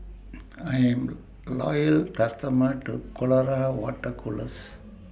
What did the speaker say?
I Am A Loyal customer of Colora Water Colours